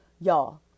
y'all